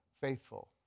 faithful